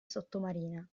sottomarina